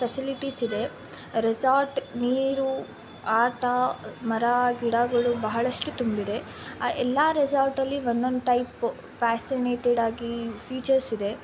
facilities ಇದೆ resort ನೀರು ಆಟ ಮರ ಗಿಡಗಳು ಬಹಳಷ್ಟು ತುಂಬಿದೆ ಆ ಎಲ್ಲ ರೆಸಾರ್ಟಲ್ಲಿ ಒಂದೊಂದು ಟೈಪ್ ಫ್ಯಾಸಿನೇಟೆಡಾಗಿ ಫೀಚರ್ಸ್ ಇದೆ